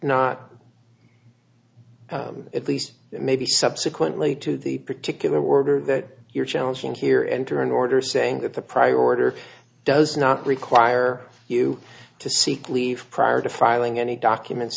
not at least that maybe subsequently to the particular order that you're challenging here enter an order saying that the priority or does not require you to seek leave prior to filing any documents